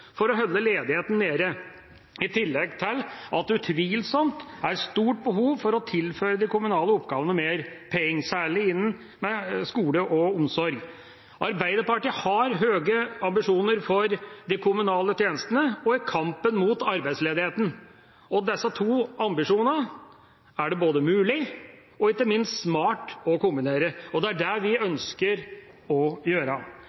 for å holde ledigheten nede, i tillegg til at det utvilsomt er et stort behov for å tilføre mer penger til de kommunale oppgavene, særlig innen skole og omsorg. Arbeiderpartiet har høye ambisjoner for de kommunale tjenestene og i kampen mot arbeidsledigheten, og disse to ambisjonene er det både mulig og ikke minst smart å kombinere. Det er det vi ønsker å gjøre.